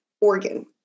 organ